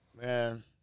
Man